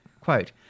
Quote